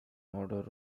order